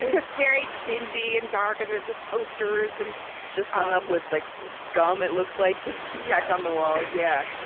it's very dingy and dark, and there's just posters and just hung up with like gum, it looks like, just tacked on the walls yeah,